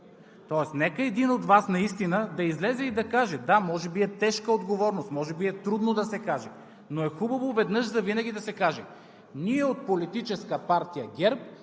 Тоест нека един от Вас наистина да излезе и да каже. Да, може би е тежка отговорност, може би е трудно да се каже, но е хубаво веднъж завинаги да се каже: „Ние, от Политическа партия ГЕРБ,